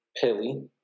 Pilly